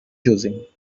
choosing